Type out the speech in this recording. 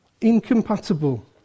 Incompatible